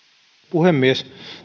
puhemies